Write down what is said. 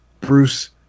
Bruce